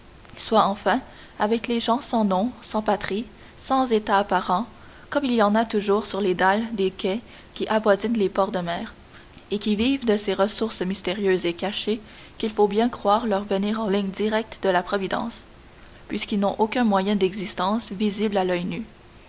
soit enfin avec les gens sans nom sans patrie sans état apparent comme il y en a toujours sur les dalles des quais qui avoisinent les ports de mer et qui vivent de ces ressources mystérieuses et cachées qu'il faut bien croire leur venir en ligne directe de la providence puisqu'ils n'ont aucun moyen d'existence visible à l'oeil nu